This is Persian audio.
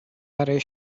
برای